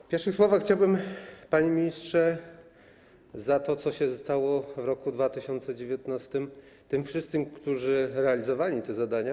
W pierwszych słowach chciałbym podziękować, panie ministrze, za to, co się stało w roku 2019, tym wszystkim, którzy realizowali te zadania.